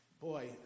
Boy